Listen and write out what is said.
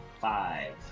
five